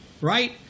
Right